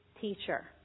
teacher